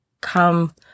come